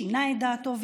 שינה את דעתו,